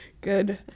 Good